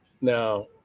Now